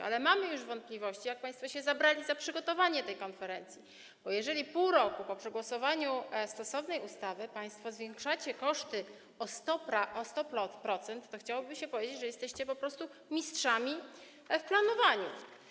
Mamy jednak już wątpliwości co do tego, jak państwo się zabrali za przygotowanie tej konferencji, bo jeżeli pół roku po przegłosowaniu stosownej ustawy państwo zwiększacie koszty o 100%, to chciałoby się powiedzieć, że jesteście po prostu mistrzami w planowaniu.